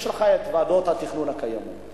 יש לך ועדות התכנון הקיימות.